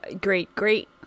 great-great